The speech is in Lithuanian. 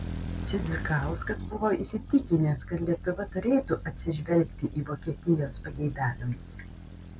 sidzikauskas buvo įsitikinęs kad lietuva turėtų atsižvelgti į vokietijos pageidavimus